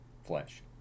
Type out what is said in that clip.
flesh